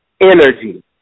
energy